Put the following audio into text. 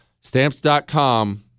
Stamps.com